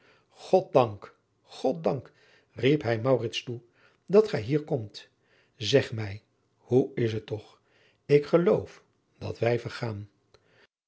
god dank god dank riep hij maurits toe dat gij hier komt zeg mij hoe is het toch ik geloof dat wij vergaan